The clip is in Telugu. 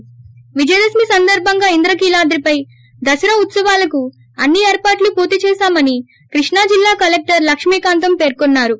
ి విజయదశమి సందర్భంగా ఇంద్రకీలాద్రిపై దసరా ఉత్పవాలకు అన్ని ఏర్పాట్లు పూర్తి చేశామని కృష్ణా జిల్లా కలెక్టర్ లక్ష్మీకాంతం పేర్కొన్నారు